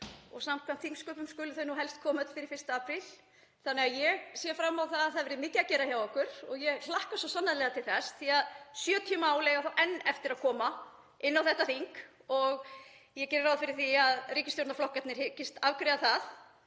og samkvæmt þingsköpum skulu þau nú helst koma öll fyrir 1. apríl þannig að ég sé fram á að það verði mikið að gera hjá okkur og ég hlakka svo sannarlega til þess því að 70 mál eiga enn eftir að koma inn á þetta þing og ég geri ráð fyrir því að ríkisstjórnarflokkarnir hyggist afgreiða þau